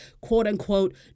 quote-unquote